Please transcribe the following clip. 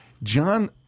John